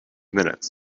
minutes